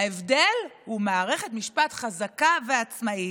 ההבדל הוא מערכת משפט חזקה ועצמאית.